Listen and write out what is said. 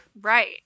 Right